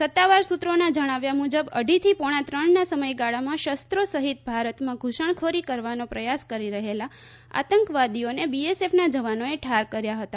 સત્તાવાર સૂત્રોના જણાવ્યા મુજબ અઢીથી પોણા ત્રણના સમયગાળામાં શસ્ત્રો સહિત ભારતમાં ધૂસણખોરી કરવાનો પ્રયાસ કરી રહેલા આતંકવાદીઓને બીએસએફના જવાનોએ ઠાર કર્યા હતા